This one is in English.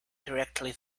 correctly